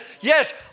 yes